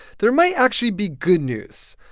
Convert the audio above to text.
there might actually be good news.